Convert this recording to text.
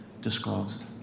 disclosed